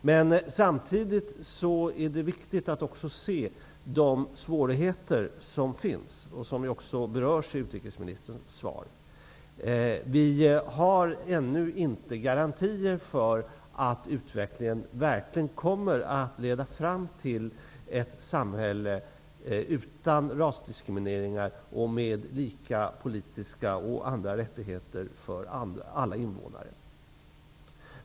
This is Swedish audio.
Men samtidigt är det viktigt att också se de svårigheter som finns och som också berörs i utrikesministerns svar. Vi har ännu inte några garantier för att utvecklingen verkligen kommer att leda fram till ett samhälle utan rasdiskriminering och med lika politiska och andra rättigheter för alla invånare.